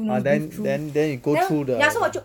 ah then then then you go through the